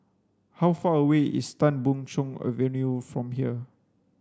how far away is Tan Boon Chong Avenue from here